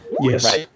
Yes